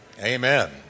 Amen